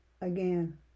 again